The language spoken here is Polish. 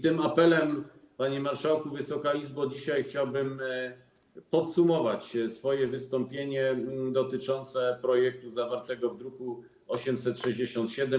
Tym apelem, panie marszałku, Wysoka Izbo, chciałbym podsumować swoje wystąpienie dotyczące projektu zawartego w druku nr 867.